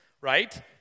right